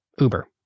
Uber